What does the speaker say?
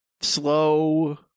slow